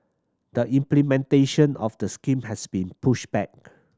the implementation of the scheme has been pushed back